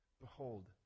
behold